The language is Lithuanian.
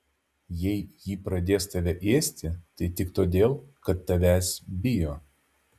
jei ji pradės tave ėsti tai tik todėl kad tavęs bijo